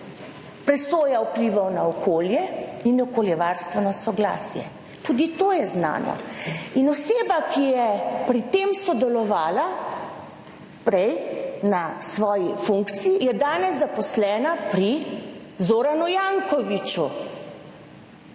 presoja vplivov na okolje in okoljevarstveno soglasje, tudi to je znano. Oseba, ki je pri tem sodelovala prej na svoji funkciji je danes zaposlena pri Zoranu Jankoviću.